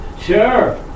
sure